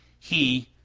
he,